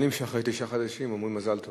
הם מבינים שאחרי תשעה חודשים אומרים מזל טוב.